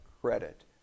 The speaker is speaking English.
credit